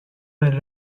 per